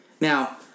Now